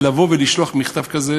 לבוא ולשלוח מכתב כזה,